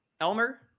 Elmer